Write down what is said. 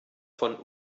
von